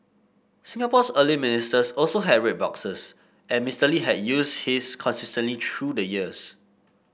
Singapore's early ministers also have red boxes and Mister Lee had used his consistently through the years